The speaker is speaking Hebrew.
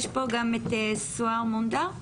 יש פה גם את סאהר מונדאר.